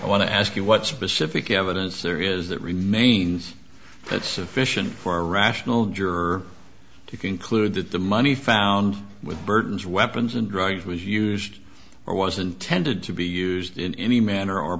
to ask you what specific evidence there is that remains that sufficient for a rational juror to conclude that the money found with burton's weapons and drawings was used or was intended to be used in any manner or